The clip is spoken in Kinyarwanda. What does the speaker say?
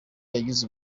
yagize